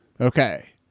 Okay